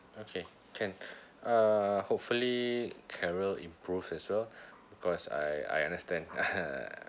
okay can uh hopefully carole improves as well because I I understand